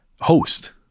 Host